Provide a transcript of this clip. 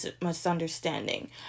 misunderstanding